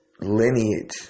Lineage